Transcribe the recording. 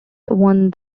won